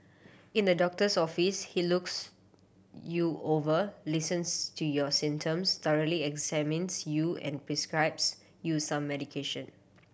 in the doctor's office he looks you over listens to your symptoms thoroughly examines you and prescribes you some medication